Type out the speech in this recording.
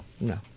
No